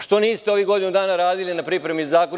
Što niste ovih godinu dana radili na pripremi zakona?